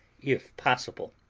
if possible.